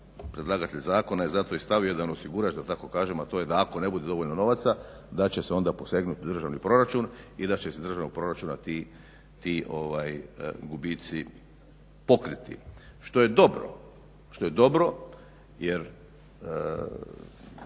predlagatelj zakona je zato i stavio da jedan osigurač da tako kažem, da ako i ne bude dovoljno novaca da će se onda posegnuti državni proračun i da će iz državnog proračuna ti gubici pokriti, što je dobro jer